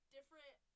different